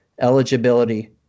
Eligibility